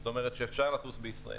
זאת אומרת שאפשר לטוס בישראל.